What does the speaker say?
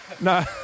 No